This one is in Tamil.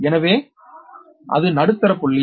எனவே அது நடுத்தர புள்ளி